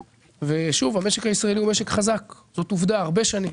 המשק הישראלי הוא משק חזק הרבה שנים